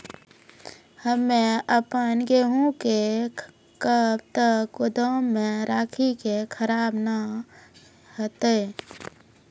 हम्मे आपन गेहूँ के कब तक गोदाम मे राखी कि खराब न हते?